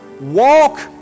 walk